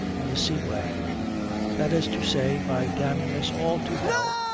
in the sea-way that is to say, by damning us all to hell,